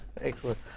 excellent